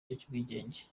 cy’ubwigenge